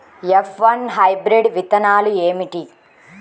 F one hybrid విత్తనాలు ఏమిటి?